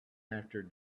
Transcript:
after